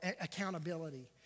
accountability